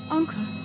Uncle